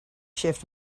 shift